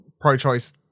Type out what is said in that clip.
pro-choice